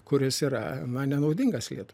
kuris yra na nenaudingas lietuvai